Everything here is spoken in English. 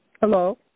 Hello